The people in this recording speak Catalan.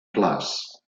clars